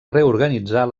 reorganitzar